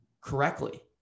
correctly